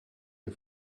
ihr